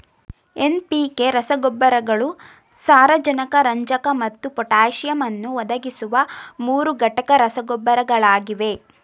NPK ರಸಗೊಬ್ಬರಗಳು ಸಾರಜನಕ ರಂಜಕ ಮತ್ತು ಪೊಟ್ಯಾಸಿಯಮ್ ಅನ್ನು ಒದಗಿಸುವ ಮೂರುಘಟಕ ರಸಗೊಬ್ಬರಗಳಾಗಿವೆ